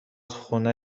خونه